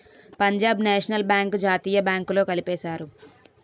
Punjab national bank జాతీయ బ్యాంకుల్లో కలిపేశారు